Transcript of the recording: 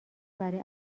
برای